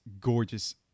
gorgeous